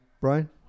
Brian